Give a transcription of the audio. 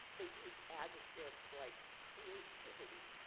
they use adjectives like creativity,